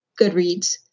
Goodreads